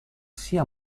sia